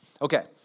Okay